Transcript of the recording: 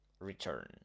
return